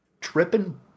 tripping